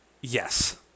yes